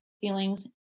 feelings